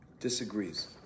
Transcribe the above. disagrees